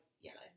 yellow